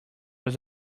was